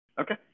Okay